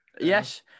Yes